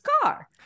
car